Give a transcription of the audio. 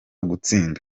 gutsinda